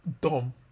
dumb